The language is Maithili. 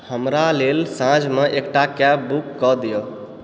हमरा लेल साँझमे एकटा कैब बुक कऽ दिय